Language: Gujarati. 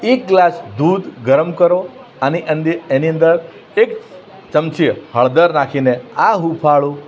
એક ગ્લાસ દૂધ ગરમ કરો અને એની અંદર એક ચમચી હળદળ નાખીને આ હુંફાળું